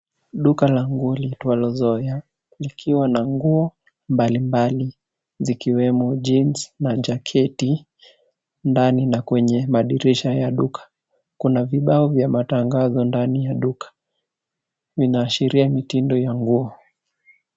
Duka la nguo liitwalo Zoya likiwa na nguo mbalimbali zikiwemo jeans na jaketi ndani na kwenye madirisha ya duka. Kuna vibao vya matangazo ndani ya duka vinaashiria mitindo ya nguo.